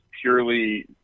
purely